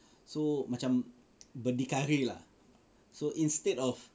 so macam berdikari lah so instead of